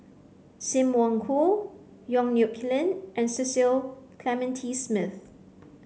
Sim Wong Hoo Yong Nyuk Lin and Cecil Clementi Smith